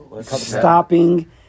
stopping